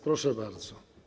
Proszę bardzo.